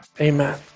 Amen